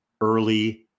early